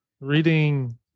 reading